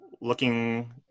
looking